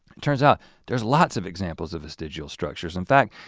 it turns out there's lots of examples of vestigial structures. in fact,